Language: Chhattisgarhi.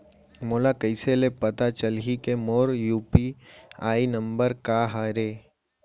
मोला कइसे ले पता चलही के मोर यू.पी.आई नंबर का हरे?